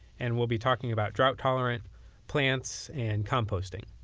and we'll be talking about drought-tolerant plants and composting.